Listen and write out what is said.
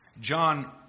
John